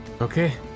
Okay